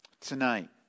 Tonight